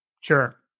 Sure